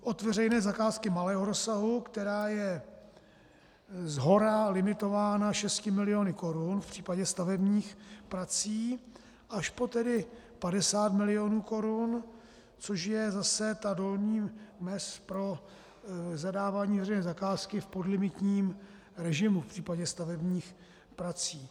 od veřejné zakázky malého rozsahu, která je shora limitována 6 miliony korun v případě stavebních prací až po 50 milionů korun, což je zase ta dolní mez pro zadávání veřejné zakázky v podlimitním režimu v případě stavebních prací.